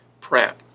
Pratt